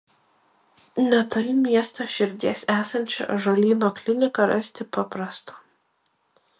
netoli miesto širdies esančią ąžuolyno kliniką rasti paprasta